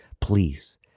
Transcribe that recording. please